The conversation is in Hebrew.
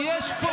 שיש פה